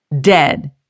dead